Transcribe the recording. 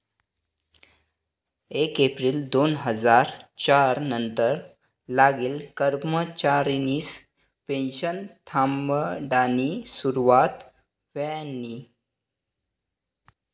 येक येप्रिल दोन हजार च्यार नंतर लागेल कर्मचारिसनी पेनशन थांबाडानी सुरुवात व्हयनी